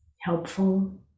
helpful